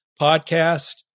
podcast